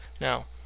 now